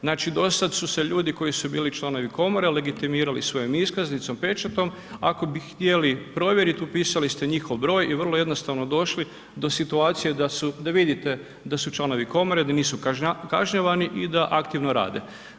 Znači, do sad su se ljudi koji su bili članovi komore legitimirali svojom iskaznicom, pečatom, ako bi htjeli provjeriti, upisali ste njihov broj i vrlo jednostavno došli do situacije da su, da vidite da su članovi komore, da nisu kažnjavani i da aktivno rade.